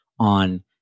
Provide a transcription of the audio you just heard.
on